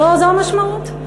זו המשמעות.